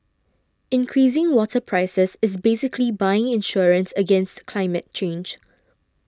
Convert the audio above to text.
increasing water prices is basically buying insurance against climate change